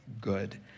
good